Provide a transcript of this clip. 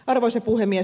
arvoisa puhemies